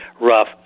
rough